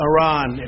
Iran